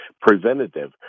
preventative